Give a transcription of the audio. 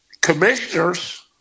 commissioners